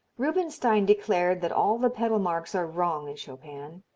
rubinstein declared that all the pedal marks are wrong in chopin.